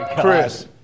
Chris